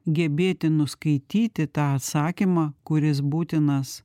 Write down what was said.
gebėti nuskaityti tą atsakymą kuris būtinas